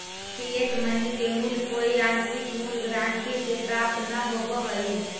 fiat money के मूल्य कोई आंतरिक मूल्य गारंटी से प्राप्त न होवऽ हई